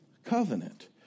covenant